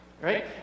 Right